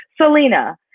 Selena